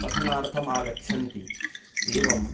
पठनार्थम् आगच्छन्ति एवम्